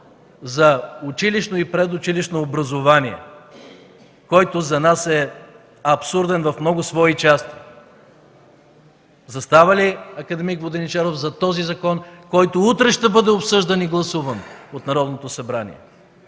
за предучилищното и училищното образование, който за нас е абсурден в много свои части? Застава ли акад. Воденичаров зад този закон, който утре ще бъде обсъждан и гласуван от Народното събрание?